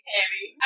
Tammy